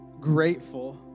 grateful